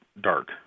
dark